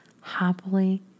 happily